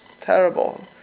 terrible